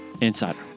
Insider